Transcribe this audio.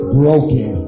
broken